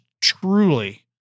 truly